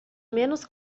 menos